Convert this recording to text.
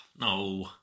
no